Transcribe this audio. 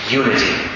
unity